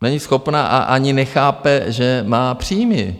není schopna a ani nechápe, že má příjmy.